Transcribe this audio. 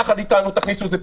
יחד איתנו תכניסו את זה פנימה.